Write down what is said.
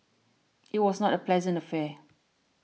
it was not a pleasant affair